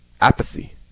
apathy